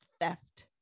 theft